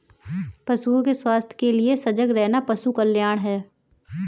पशुओं के स्वास्थ्य के लिए सजग रहना पशु कल्याण है